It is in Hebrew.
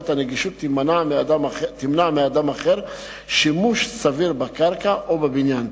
הנגישות תמנע מאדם אחר שימוש סביר בקרקע או בבניין,